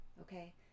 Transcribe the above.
okay